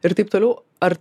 ir taip toliau ar